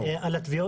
זה אומר הכל.